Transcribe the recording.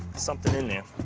something in there.